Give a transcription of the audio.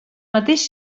mateix